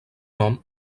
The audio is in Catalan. nom